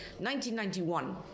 1991